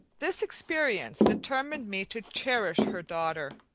this experience determined me to cherish her daughter,